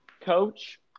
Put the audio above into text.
coach